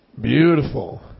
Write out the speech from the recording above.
Beautiful